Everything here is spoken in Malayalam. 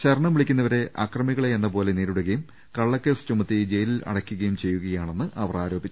ശരണം വിളിക്കുന്ന വരെ അക്രമികളെയെന്ന പോലെ നേരിടുകയും കള്ളക്കേസ് ചുമത്തി ജയിലിൽ അടയ്ക്കുകയും ചെയ്യുകയാണെന്ന് അവർ ആരോപിച്ചു